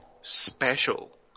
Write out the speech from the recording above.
special